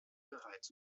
bereits